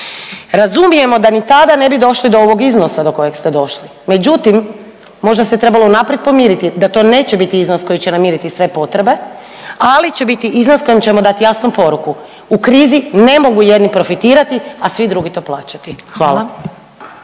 Razumijemo da ni tada ne bi došli do ovog iznosa do kojeg ste došli, međutim možda se trebalo unaprijed pomiriti da to neće biti iznos koji će namiriti sve potrebe, ali će biti iznos kojim ćemo dati jasnu poruku, u krizi ne mogu jedni profitirati, a svi drugi to plaćati, hvala.